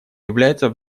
являются